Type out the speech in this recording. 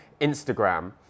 Instagram